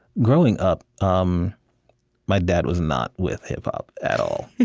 growing up, um my dad was not with hip-hop at all